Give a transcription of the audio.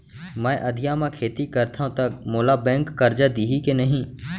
मैं अधिया म खेती करथंव त मोला बैंक करजा दिही के नही?